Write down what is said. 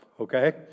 Okay